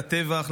לטבח,